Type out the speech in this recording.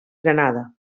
granada